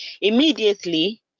Immediately